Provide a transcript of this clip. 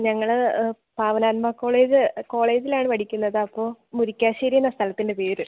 ഞങ്ങൾ പാവനാത്മ കോളേജ് കോളേജിലാണ് പഠിക്കുന്നത് അപ്പോൾ മുരിയ്ക്കാശ്ശേരി എന്നാണ് സ്ഥലത്തിൻ്റെ പേര്